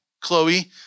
Chloe